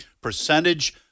percentage